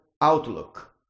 outlook